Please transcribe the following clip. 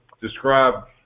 describe